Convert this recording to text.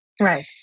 Right